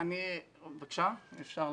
בהמשך למה שהשרה